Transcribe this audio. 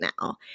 now